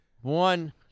One